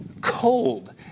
cold